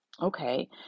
Okay